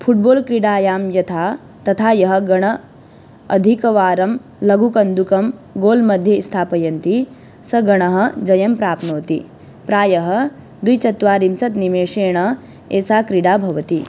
football क्रीडायां यथा तथा यः गणः अधिकवारं लघुकन्दुकं गोल्मध्ये स्थापयति सः गणः जयं प्राप्नोति प्रायः द्विचत्वारिंशन्निमेषेण एषा क्रीडा भवति